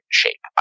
shape